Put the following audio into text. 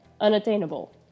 unattainable